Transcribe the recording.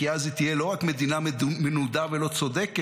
כי אז היא תהיה לא רק מדינה מנודה ולא צודקת,